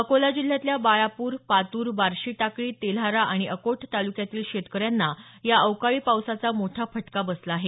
अकोला जिल्ह्यातल्या बाळापूर पातूर बार्शी टाकळी तेल्हारा आणि अकोट ताल्क्यातील शेतकऱ्यांना या अवकाळी पावसाचा मोठा फटका बसला आहे